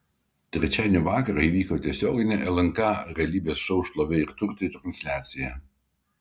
trečiadienio vakarą įvyko tiesioginė lnk realybės šou šlovė ir turtai transliacija